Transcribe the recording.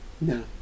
No